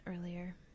earlier